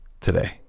today